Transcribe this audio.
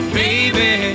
baby